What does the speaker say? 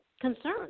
concern